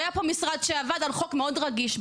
היה פה משרד שעבד על חוק מאוד רגיש.